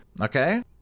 Okay